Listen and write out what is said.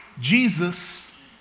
Jesus